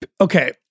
Okay